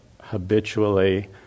habitually